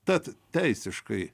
tad teisiškai